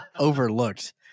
overlooked